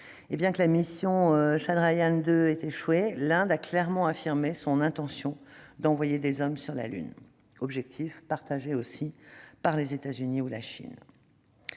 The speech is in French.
Bien que la mission Chandrayaan-2 ait échoué, l'Inde a clairement affirmé son intention d'envoyer des hommes sur la Lune, un objectif toujours partagé également par les États-Unis et la Chine.